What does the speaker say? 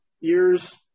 years